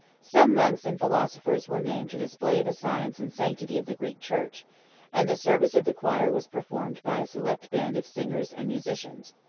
some monks and philosophers were named to display the science and sanctity of the greek church and the service of the choir was performed by a select band of singers and musicians.